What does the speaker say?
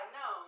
no